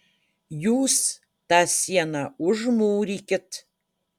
jūs tą sieną užmūrykit